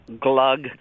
glug